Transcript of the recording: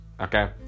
Okay